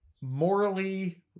morally